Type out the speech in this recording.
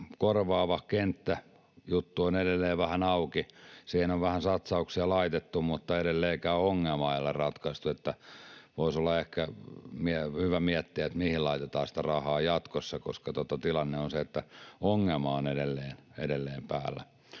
korvaava kenttäjuttu on edelleen vähän auki. Siihen on vähän satsauksia laitettu, mutta edelleenkään ongelmaa ei ole ratkaistu, joten voisi olla ehkä hyvä miettiä, mihin laitetaan sitä rahaa jatkossa, koska tilanne on se, että ongelma on edelleen päällä.